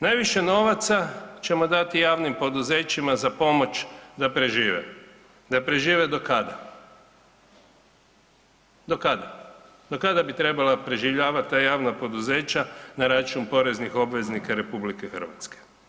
Najviše novaca ćemo dati javnim poduzećima za pomoć da prežive, da prežive do kada, do kada, do kada bi trebala preživljavat ta javna poduzeća na račun poreznih obveznika RH?